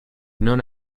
known